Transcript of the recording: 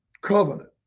covenant